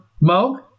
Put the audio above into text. Mo